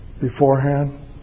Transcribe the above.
beforehand